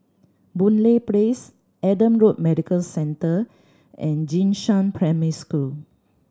Boon Lay Place Adam Road Medical Centre and Jing Shan Primary School